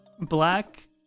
Black